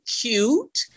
cute